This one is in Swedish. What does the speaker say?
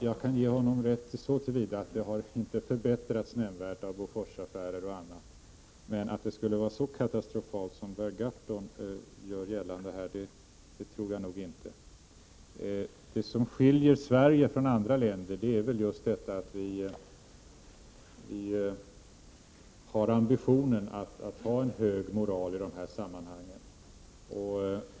Jag kan ge honom rätt så till vida att det inte har förbättrats nämnvärt av Boforsaffärer och annat, men jag tror nog inte att det skulle vara så katastrofalt som Per Gahrton gör gällande. Det som skiljer Sverige från andra länder är väl just detta att vi har ambitionen att ha en hög moral i de här sammanhangen.